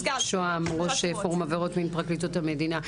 שוהם, ראש פורום עבירות מין, פרקליטות המדינה.